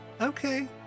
okay